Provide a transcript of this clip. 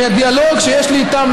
מהדיאלוג שיש לי איתם,